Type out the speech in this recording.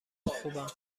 خوبم